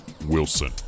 wilson